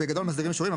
בגדול מסדירים אישורים.